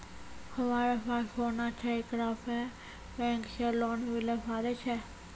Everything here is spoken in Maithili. हमारा पास सोना छै येकरा पे बैंक से लोन मिले पारे छै?